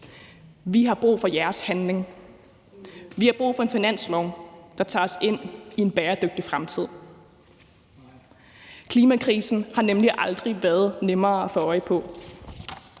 Vi har brug for jeres handling. Vi har brug for en finanslov, der tager os ind i en bæredygtig fremtid. Klimakrisen har nemlig aldrig været nemmere at få øje på.